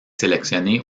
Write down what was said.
sélectionné